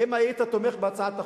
האם היית תומך בהצעת החוק?